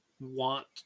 want